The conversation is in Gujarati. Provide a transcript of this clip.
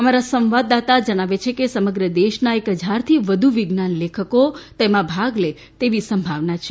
અમારા સંવાદદાતા જણાવે છે કે સમગ્ર દેશના એક હજારથી વધુ વિજ્ઞાન લેખકો તેમાં ભાગ લે તેવી સંભાવના છે